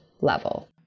level